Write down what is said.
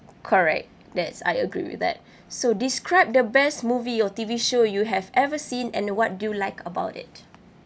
correct yes I agree with that so describe the best movie or T_V show you have ever seen and what do you like about it